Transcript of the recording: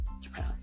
Japan